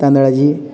तांदळाची